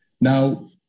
Now